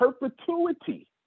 perpetuity